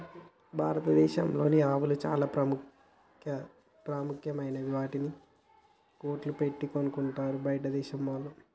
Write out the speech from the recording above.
భారతదేశం ఆవులు చాలా ప్రత్యేకమైనవి వాటిని కోట్లు పెట్టి కొనుక్కుంటారు బయటదేశం వాళ్ళు